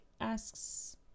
asks